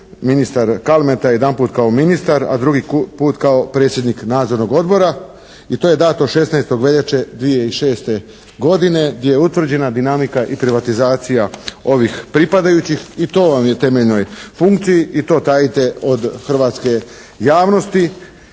ministar Kalmeta jedan put kao ministar a drugi put kao predsjednik nadzornog odbora i to je dato 16. veljače 2006. godine gdje je utvrđena dinamika i privatizacija ovih pripadajućih i to vam je temeljnoj funkciji, i to tajite od hrvatske javnosti.